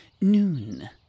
noon